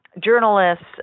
journalists